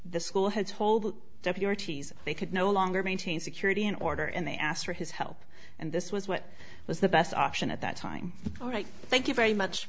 the school had told the deputies they could no longer maintain security in order and they asked for his help and this was what was the best option at that time all right thank you very much